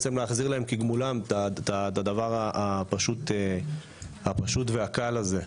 להחזיר להם את הדבר הפשוט והקל הזה.